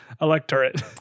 electorate